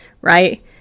right